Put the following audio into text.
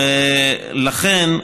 לכן,